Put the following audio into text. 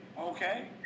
Okay